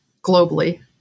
globally